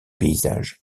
paysages